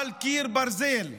"על קיר הברזל".